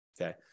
okay